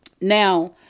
Now